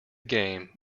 game